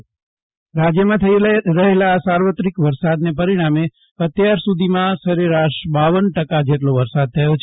જયદીપ વૈશ્નવ રાજ્યમાં વરસાદ રાજ્યમાં થઈ રહેલા સાર્વત્રિક વરસાદને પરિણામે અત્યાર સુધીમાં સરેરાશ બાવન ટકા જેટલો વરસાદ થયો છે